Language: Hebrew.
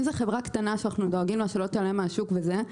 אם זה חברה קטנה שאנחנו דואגים לה שלא תיעלם מהשוק וזה,